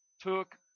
took